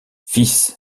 fils